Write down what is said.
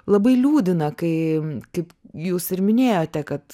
labai liūdina kai kaip jūs ir minėjote kad